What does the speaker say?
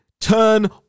turn